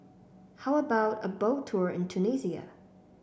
how about a Boat Tour in Tunisia